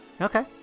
okay